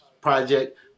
project